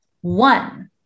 One